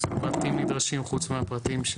איזה פרטים נדרשים חוץ מהפרטים?